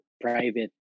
private